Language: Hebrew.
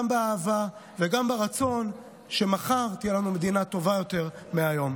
גם באהבה וגם ברצון שמחר תהיה לנו מדינה טובה יותר מהיום.